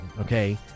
okay